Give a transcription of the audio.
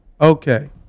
Okay